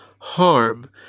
harm